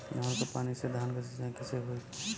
नहर क पानी से धान क सिंचाई कईसे होई?